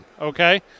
Okay